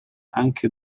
anche